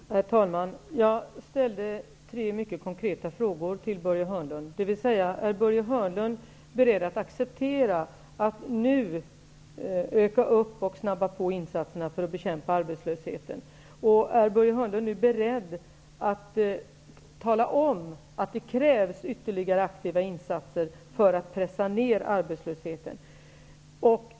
Herr talman! Jag ställde tre mycket konkreta frågor till Börje Hörnlund: Är Börje Hörnlund beredd att acceptera att nu öka och snabba på insatserna för att bekämpa arbetslösheten? Är Börje Hörnlund beredd att tala om att det krävs ytterligare aktiva insatser för att pressa ner arbetslösheten?